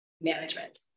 management